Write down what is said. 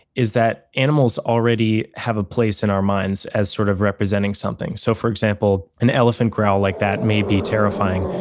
is that animals already have a place in our minds as sort of representing something. so for example, an elephant growl like that may be terrifying.